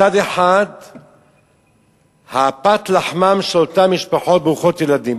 מצד אחד פת לחמן של אותן משפחות ברוכות הילדים,